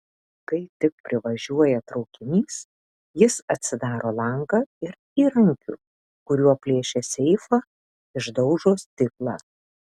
kai tik privažiuoja traukinys jis atsidaro langą ir įrankiu kuriuo plėšė seifą išdaužo stiklą